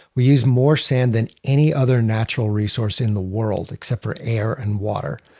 we use more sand than any other natural resource in the world except for air and water.